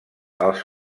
els